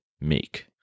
make